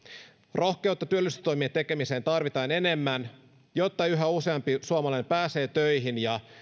rohkeutta työllisyystoimien tekemiseen tarvitaan enemmän jotta yhä useampi suomalainen pääsee töihin ja